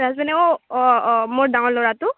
ছোৱালীজনীয়েও অঁ অঁ মোৰ ডাঙৰ ল'ৰাটো